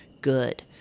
good